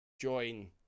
join